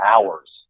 hours